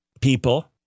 people